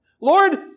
Lord